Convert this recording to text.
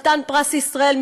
חתן פרס ישראל,